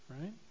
right